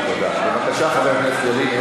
בבקשה, חבר הכנסת ילין.